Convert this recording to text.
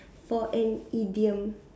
for an idiom